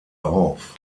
auf